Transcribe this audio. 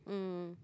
mm